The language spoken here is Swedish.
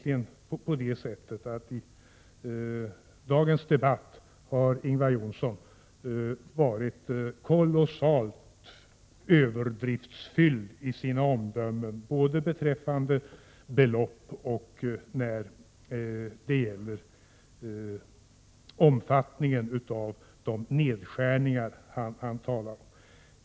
I dagens debatt har Ingvar Johnsson onekligen varit kolossalt överdriven i sina omdömen, både beträffande belopp och beträffande omfattningen av nedskärningarna.